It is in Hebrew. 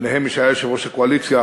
בהם מי שהיה יושב-ראש הקואליציה,